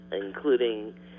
including